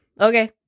okay